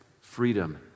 freedom